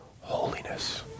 holiness